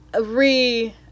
re